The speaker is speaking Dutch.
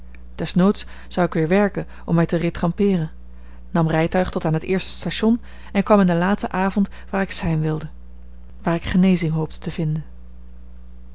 desnoods zou ik weer werken om mij te retrempeeren nam rijtuig tot aan het eerste station en kwam in den laten avond waar ik zijn wilde waar ik genezing hoopte te vinden